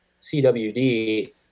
CWD